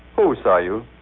who saw you?